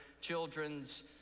children's